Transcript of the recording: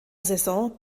saison